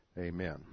Amen